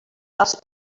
els